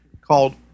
called